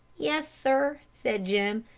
yes, sir, said jim,